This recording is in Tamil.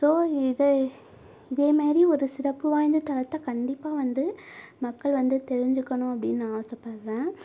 ஸோ இதை இதேமாரி ஒரு சிறப்பை வாய்ந்த தலத்தை கண்டிப்பாக வந்து மக்கள் வந்து தெரிஞ்சுக்கணும் அப்படினு நான் ஆசைப்படுறேன்